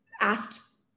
asked